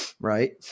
right